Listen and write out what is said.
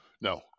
No